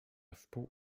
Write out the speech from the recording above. wpół